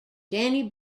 denny